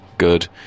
good